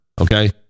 okay